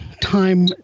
time